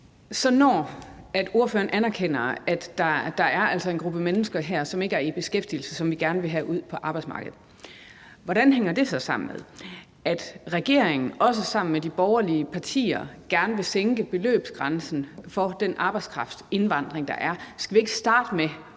Så når ordføreren anerkender, at der altså er en gruppe mennesker her, som ikke er i beskæftigelse, og som vi gerne vil have ud på arbejdsmarkedet, hvordan hænger det så sammen med, at regeringen også sammen med de borgerlige partier gerne vil sænke beløbsgrænsen for den arbejdskraftsindvandring, der er? Skal vi ikke starte med